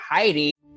Heidi